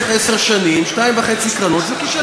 מה היה קודם